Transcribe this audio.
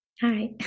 Hi